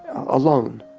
alone.